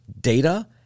data